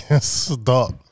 Stop